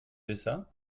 usa